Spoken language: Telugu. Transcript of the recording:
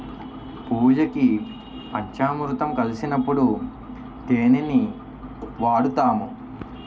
పూజకి పంచామురుతం కలిపినప్పుడు తేనిని వాడుతాము